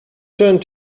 turned